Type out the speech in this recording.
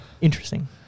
Interesting